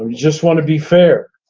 and just want to be fair.